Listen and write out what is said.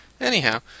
Anyhow